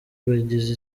bagize